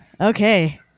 okay